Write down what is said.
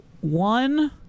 one